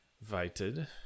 Invited